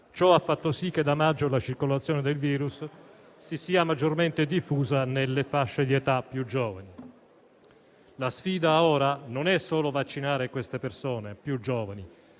Ciò ha fatto sì che da maggio la circolazione del virus si sia maggiormente diffusa nelle fasce di età più giovani. La sfida ora non è solo vaccinare queste persone più giovani,